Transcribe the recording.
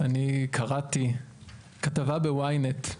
אני קראתי כתבה ב-ynet,